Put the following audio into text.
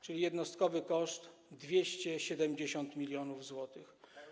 Czyli jednostkowy koszt to 270 mln zł.